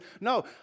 No